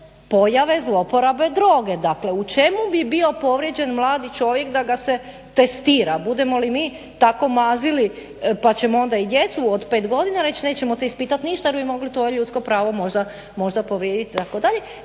pojave zloporabe droge, dakle u čemu bi bio povrijeđen mladi čovjek da ga se testira, budemo li mi tako mazili pa ćemo i djecu od 5 godina reći nećemo te ispitati ništa jer bi mogli tvoje ljudsko pravo možda povrijediti itd. Dakle